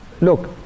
Look